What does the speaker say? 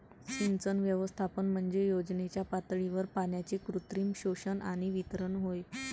सिंचन व्यवस्थापन म्हणजे योजनेच्या पातळीवर पाण्याचे कृत्रिम शोषण आणि वितरण होय